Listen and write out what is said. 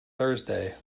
thursday